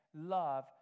love